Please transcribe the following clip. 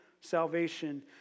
salvation